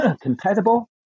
compatible